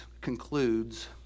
concludes